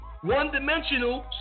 one-dimensional